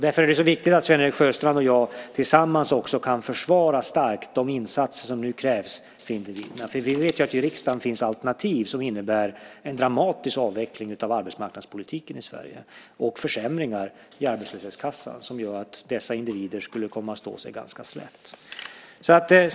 Därför är det så viktigt att Sven-Erik Sjöstrand och jag tillsammans starkt kan försvara de insatser som nu krävs för individerna, för vi vet ju att i riksdagen finns alternativ som innebär en dramatisk avveckling av arbetsmarknadspolitiken i Sverige och försämringar i arbetslöshetskassan som gör att dessa individer skulle komma att stå sig ganska slätt.